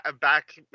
back